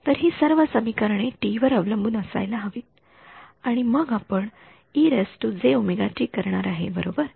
तर हि सर्व समीकरणे टी वर अवलंबून असायला हवीत आणि मग आपण करणार आहे बरोबर